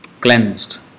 cleansed